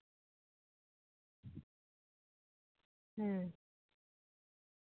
ᱦᱩᱸ